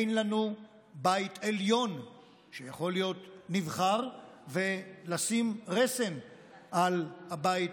אין לנו בית עליון שיכול להיות נבחר ולשים רסן על הבית,